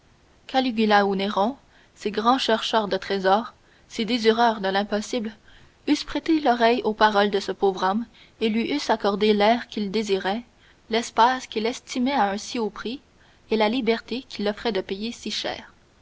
caligula ou néron ces grands chercheurs de trésors ces désireurs de l'impossible eussent prêté l'oreille aux paroles de ce pauvre homme et lui eussent accordé l'air qu'il désirait l'espace qu'il estimait à un si haut prix et la liberté qu'il offrait de payer si cher